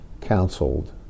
counseled